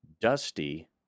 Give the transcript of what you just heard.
Dusty